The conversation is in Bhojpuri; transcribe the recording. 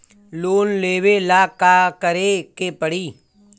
लोन लेवे ला का करे के पड़ी?